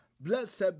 Blessed